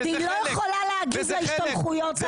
היא לא יכולה להגיב להשתלחויות האלה.